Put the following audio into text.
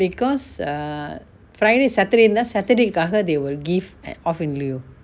because err friday saturday ந்தா:ntha saturday காக:kaaka they will give off in lieu